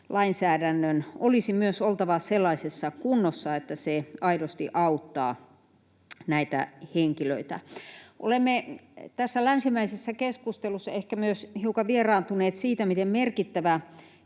lainsäädännön olisi myös oltava sellaisessa kunnossa, että se aidosti auttaa näitä henkilöitä. Olemme tässä länsimaisessa keskustelussa ehkä myös hiukan vieraantuneet siitä, miten merkittävä